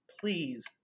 please